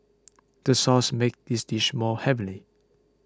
the sauce makes this dish more heavenly